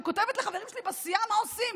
ואני כותבת לחברים שלי בסיעה: מה עושים,